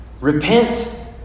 Repent